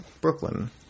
Brooklyn